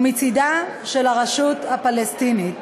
ומצד הרשות הפלסטינית.